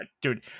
dude